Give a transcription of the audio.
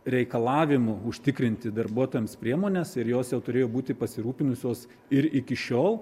reikalavimu užtikrinti darbuotojams priemones ir jos jau turėjo būti pasirūpinusios ir iki šiol